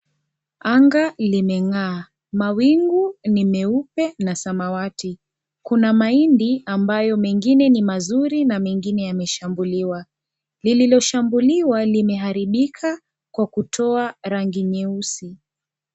Anga limengaa. Mawingu ni meupe na samawati. Kuna mahindi ambayo mengine ni mazuri na mengine yameshambuliwa. Lililoshambuliwa limeharibika kwa kutoa rangi nyeusi.